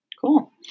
Cool